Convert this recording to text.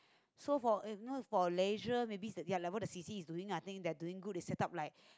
so for uh for leisure maybe ya like what the C_C is doing I think they are doing good they set up like